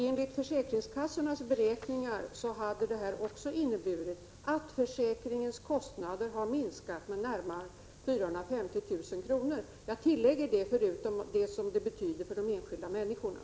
Enligt försäkringskassornas beräkningar har det här också inneburit att försäkringens kostnader minskat med närmare 450 000 kr. Jag noterar detta, Prot. 1986/87:75